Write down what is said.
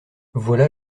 voilà